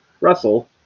Russell